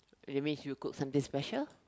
that means you cook something special